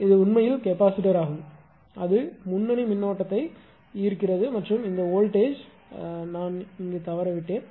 இது உண்மையில் கெபாசிட்டராகும் அது முன்னணி மின்னோட்டத்தைகரண்ட்டை ஈர்க்கிறது மற்றும் இந்த வோல்ட்டேஜ் நான் தவறவிட்டேன்